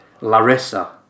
Larissa